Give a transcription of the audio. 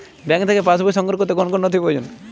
Bank থেকে pass বই সংগ্রহ করতে কোন কোন নথি প্রয়োজন?